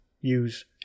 use